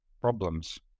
problems